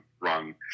wrong